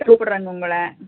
கூப்பிட்றேங்க உங்களை